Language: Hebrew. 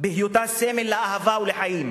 בהיותה סמל לאהבה ולחיים.